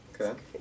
Okay